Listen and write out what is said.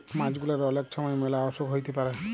মাছ গুলার অলেক ছময় ম্যালা অসুখ হ্যইতে পারে